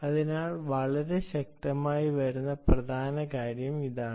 അതിനാൽ വളരെ ശക്തമായി വരുന്ന പ്രധാന കാര്യം അതാണ്